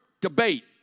debate